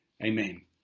Amen